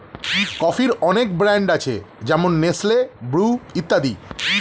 কফির অনেক ব্র্যান্ড আছে যেমন নেসলে, ব্রু ইত্যাদি